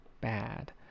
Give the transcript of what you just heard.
bad